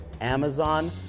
Amazon